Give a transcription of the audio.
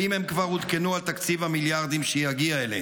אם הם כבר עודכנו על תקציב המיליארדים שיגיע אליהם,